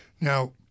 Now